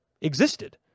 existed